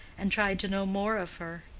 and tried to know more of her.